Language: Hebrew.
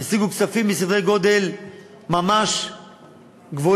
השיגו כספים בסדרי גודל ממש גבוהים,